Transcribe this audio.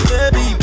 Baby